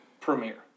premiere